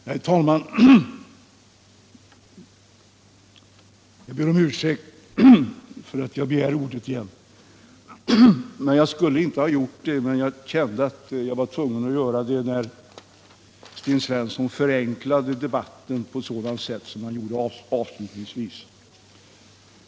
Herr talman! Jag ber om ursäkt för att jag begärt ordet igen. Jag skulle egentligen inte ha gjort det, men jag kände att jag var tvungen att göra det, när Sten Svensson förenklade debatten på ett sådant sätt som han gjorde avslutningsvis.